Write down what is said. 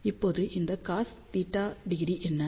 இப்போது இந்த cosθ0 என்ன